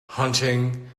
hunting